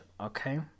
Okay